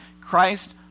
Christ